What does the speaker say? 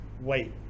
wait